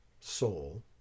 soul